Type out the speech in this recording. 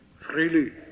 freely